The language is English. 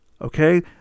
Okay